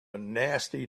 nasty